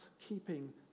keeping